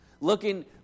looking